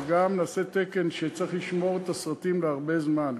אבל גם נעשה תקן שצריך לשמור את הסרטים להרבה זמן,